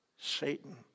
Satan